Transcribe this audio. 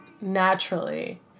naturally